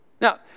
Now